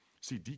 See